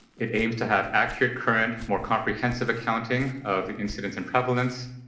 it aims to have accurate, current, more comprehensive accounting of incidence and prevalence,